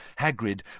Hagrid